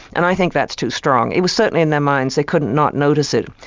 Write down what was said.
and i think that's too strong. it was certainly in their minds, they couldn't not notice it,